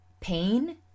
pain